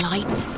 Light